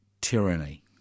tyranny